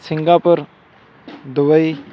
Singapore Dubai